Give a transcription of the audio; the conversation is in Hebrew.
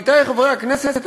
עמיתי חברי הכנסת,